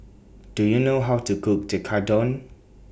Do YOU know How to Cook Tekkadon